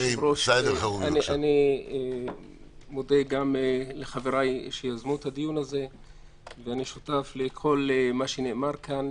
אני גם מודה לחברים שיזמו את הדיון ואני שותף לכל מה שנאמר כאן.